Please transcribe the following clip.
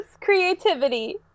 Creativity